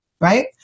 right